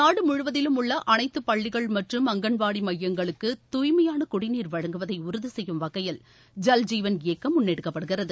நாடு முழுவதிலும் உள்ள அனைத்து பள்ளிகள் மற்றும் அங்கன்வாடி மையங்களுக்கு தூய்மையான குடிநீர் வழங்குவதை உறுதி செய்யும் வகையில் ஜல்ஜீவன் இயக்கம் முன்னெடுக்கப்படுகிறது